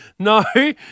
No